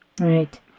Right